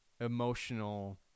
emotional